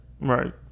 Right